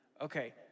okay